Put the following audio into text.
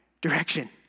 direction